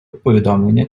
повідомлення